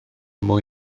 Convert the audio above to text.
mwy